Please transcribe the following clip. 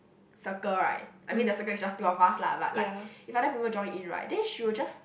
circle right I mean the circle is just the two of us lah but like if other people join in right then she will just